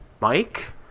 Mike